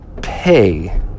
pay